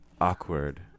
awkward